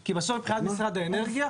כי בסוף מבחינת משרד האנרגיה,